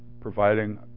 providing